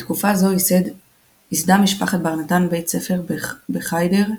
בתקופה זו ייסדה משפחת בר נתן בית ספר בחאידר פחה,